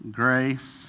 grace